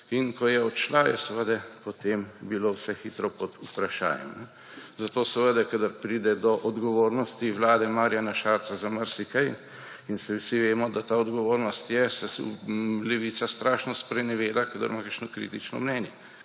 In ko je odšla, je seveda potem bilo vse hitro pod vprašajem. Zato seveda, kadar pride do odgovornosti vlade Marjana Šarca za marsikaj, in vsi vemo, da ta odgovornost je, se Levica strašno spreneveda, kadar ima kakšno kritično mnenje.